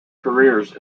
careers